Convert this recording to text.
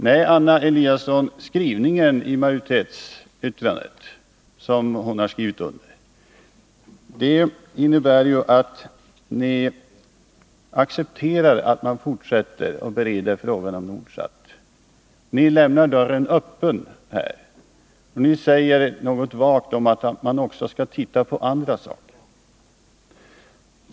Nej, Anna Eliason, skrivningen i majoritetsyttrandet, som ni har undertecknat, innebär ju att ni accepterar att man fortsätter att bereda frågan om Nordsat. Ni lämnar dörren öppen här. Ni säger något vagt om att man också skall titta på andra saker.